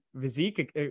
physique